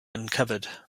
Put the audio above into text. uncovered